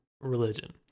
religion